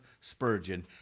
Spurgeon